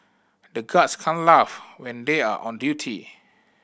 the guards can't laugh when they are on duty